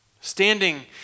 standing